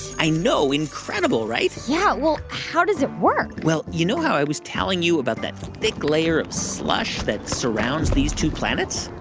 i know incredible, right? yeah. well, how does it work? well, you know how i was telling you about that thick layer of slush that surrounds these two planets?